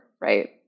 right